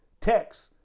text